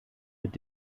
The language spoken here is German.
mit